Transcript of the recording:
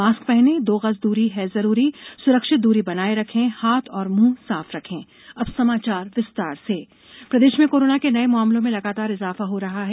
mask पहनें दो गज दूरी है जरूरी सुरक्षित दूरी बनाये रखें हाथ और मुंह साफ रखें प्रदेश कोरोना प्रदेश में कोरोना के नये मामलों में लगातार इजाफा हो रहा है